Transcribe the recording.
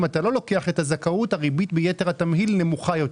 אם אתה לא לוקח את הזכאות הריבית ביתר התמהיל נמוכה יותר.